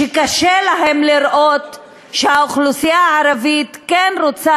שקשה להם לראות שהאוכלוסייה הערבית כן רוצה